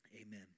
Amen